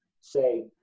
say